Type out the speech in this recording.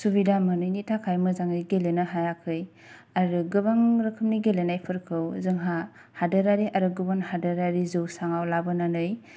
सुबिदा मोनैनि थाखाय मोजाङै गेलेनो हायाखै आरो गोबां रोखोमनि गेलेनायफोरखौ जोंहा हादोरारि आरो गुबुन हादोरारि जौसांआव लाबोनानै